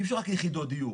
אי אפשר רק יחידות דיור.